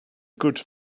good